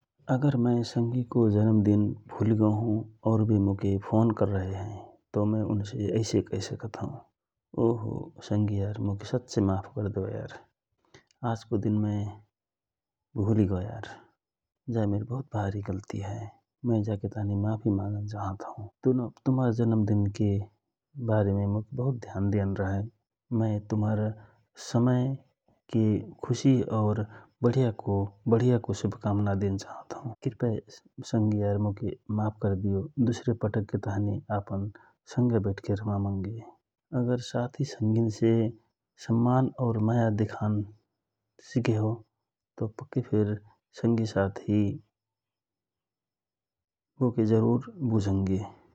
अगर मय संगिको जन्म् दिन भुल गौ हौ और बे मोके फोन कर रहेहए तव मय उनसे एसे कहे सकत हौ ओ हो संगि यार मोके सच्चि माफ करदेव यार आजको दिन मय भुल गौ यार जा मिर बहुत भारी गल्ति हए । मय जके ताँहि माफि मागन चाहत हौ तुमहर जन्म दिनके बारेम ध्यान देन रहए । मय तुमहर समय के खुशि और बढियाको शुभकामना देन चाहत हौ कृपय संगियार मोके माफ करदियो दुसरे पटकके ताँहि आपन संगय बैठक के रमामंगे अगर साथी संगिन से सम्मान और माया देखान सिकहौ तव पक्कय संगि साथी जरूर बुझँगे ।